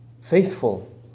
faithful